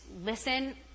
listen